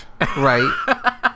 Right